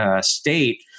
state